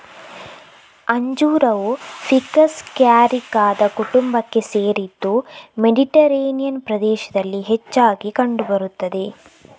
ಅಂಜೂರವು ficus ಕ್ಯಾರಿಕಾದ ಕುಟುಂಬಕ್ಕೆ ಸೇರಿದ್ದು ಮೆಡಿಟೇರಿಯನ್ ಪ್ರದೇಶದಲ್ಲಿ ಹೆಚ್ಚಾಗಿ ಕಂಡು ಬರುತ್ತದೆ